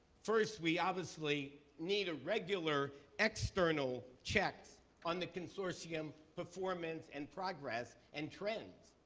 first, we obviously need a regular external checks on the consortium performance and progress and trends.